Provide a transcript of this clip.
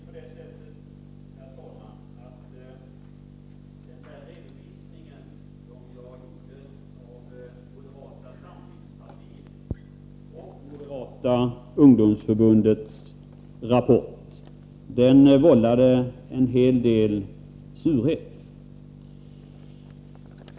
Herr talman! Min redovisning av moderatera samlingspartiets och moderata ungdomsförbundets rapport har tydligen vållat en hel del surhet.